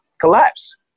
collapse